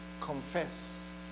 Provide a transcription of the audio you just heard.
confess